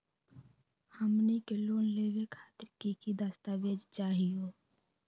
हमनी के लोन लेवे खातीर की की दस्तावेज चाहीयो?